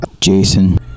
Jason